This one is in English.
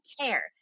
care